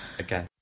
Okay